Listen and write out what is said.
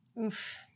Oof